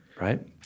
right